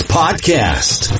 podcast